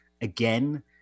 Again